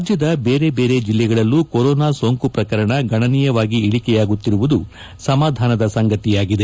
ರಾಜ್ಞದ ದೇರೆ ದೇರೆ ಜಿಲ್ಲೆಗಳಲ್ಲೂ ಕೊರೋನಾ ಸೋಂಕು ಶ್ರಕರಣ ಗಣನೀಯವಾಗಿ ಇಳಕೆಯಾಗುತ್ತಿರುವುದು ಸಮಾಧಾನದ ಸಂಗತಿಯಾಗಿದೆ